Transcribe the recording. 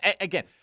Again